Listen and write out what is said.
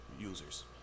users